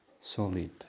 solid